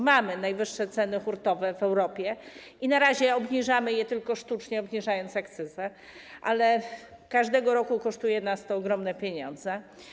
Mamy najwyższe ceny hurtowe w Europie i na razie obniżamy je tylko sztucznie obniżając akcyzę, ale każdego roku kosztuje nas to ogromne pieniądze.